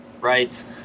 writes